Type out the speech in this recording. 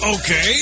Okay